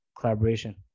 collaboration